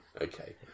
Okay